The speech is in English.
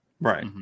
Right